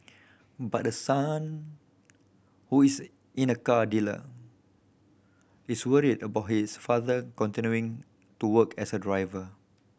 but the son who is in a car dealer is worried about his father continuing to work as a driver